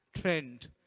trend